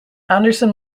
anderson